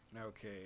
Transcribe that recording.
Okay